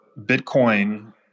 Bitcoin